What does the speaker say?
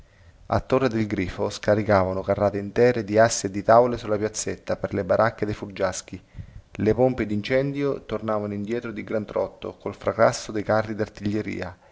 a torre del grifo scaricavano carrate intere di assi e di tavole sulla piazzetta per le baracche dei fuggiaschi le pompe dincendio tornavano indietro di gran trotto col fracasso di carri dartiglieria